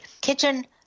kitchen